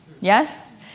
Yes